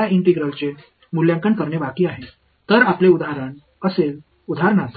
எனவே முதல் உதாரணமாக அதாவது நாம்